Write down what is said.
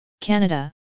Canada